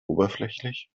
oberflächlich